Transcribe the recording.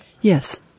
Yes